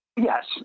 Yes